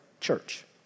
church